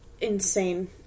insane